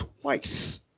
twice